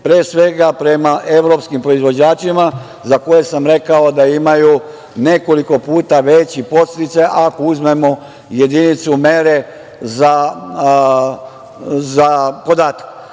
pre svega prema evropskim proizvođačima za koje sam rekao da imaju nekoliko puta veći podsticaj ako uzmemo jedinicu mere za podatak. Dame